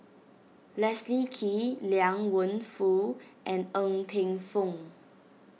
Leslie Kee Liang Wenfu and Ng Teng Fong